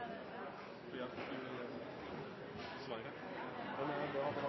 spørsmålene jeg har fått, men jeg regner med at